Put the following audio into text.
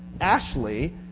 Ashley